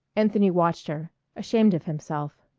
anthony watched her ashamed of himself.